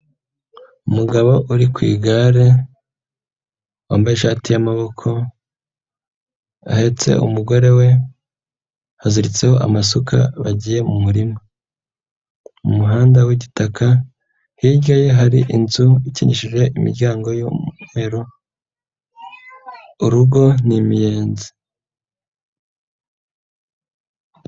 Umugabo uri ku igare wambaye ishati y'amaboko ahetse umugore we, haziritseho amasuka bagiye mu murima. Mu umuhanda w'igitaka hirya ye hari inzu ikingishije imiryango y'umweru, urugo ni imiyenzi.